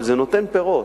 אבל זה נותן פירות,